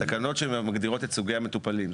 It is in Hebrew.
תקנות שמגדירות את סוגי המטופלים.